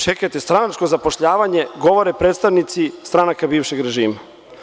Čekajte, stranačko zapošljavanje, govore predstavnici stranaka bivšeg režima.